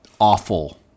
Awful